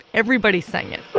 everybody sang it